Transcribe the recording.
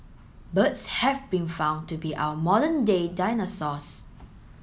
birds have been found to be our modern day dinosaurs